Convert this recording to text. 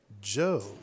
Joe